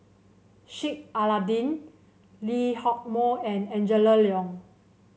Sheik Alau'ddin Lee Hock Moh and Angela Liong